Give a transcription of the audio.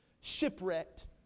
shipwrecked